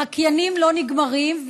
החקיינים לא נגמרים,